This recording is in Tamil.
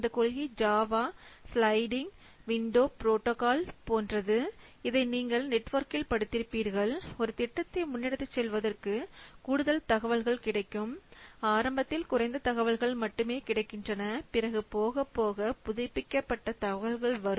இந்தக் கொள்கை ஜாவா ஸ்லைடிங் விண்டோ புரோட்டோகால் போன்றது இதை நீங்கள் நெட்வொர்க்கில் படித்திருப்பீர்கள் ஒரு திட்டத்தை முன்னெடுத்துச் செல்வதற்கு கூடுதல் தகவல்கள் கிடைக்கும் ஆரம்பத்தில் குறைந்த தகவல்கள் மட்டுமே கிடைக்கின்றன பிறகு போகப்போக புதுப்பிக்கப்பட்ட தகவல்கள் வரும்